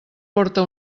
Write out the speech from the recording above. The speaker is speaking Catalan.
porta